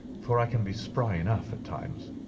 for i can be spry enough at times.